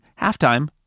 Halftime